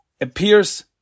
appears